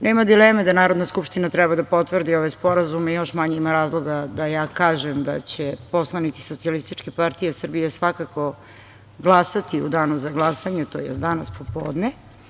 Nema dileme da Narodna skupština treba da potvrdi ove sporazume, a još manje ima razloga da ja kažem da će poslanici SPS svakako glasati u danu za glasanje, tj. danas popodne.